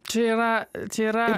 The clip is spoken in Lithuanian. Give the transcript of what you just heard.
čia yra čia yra